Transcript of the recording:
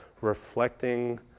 reflecting